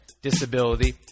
disability